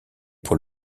pour